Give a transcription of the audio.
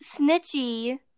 snitchy